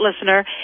listener